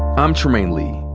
i'm trymaine lee,